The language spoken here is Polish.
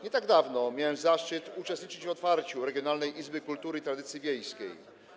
Nie tak dawno miałem zaszczyt uczestniczyć w otwarciu Regionalnej Izby Kultury i Tradycji Wiejskiej.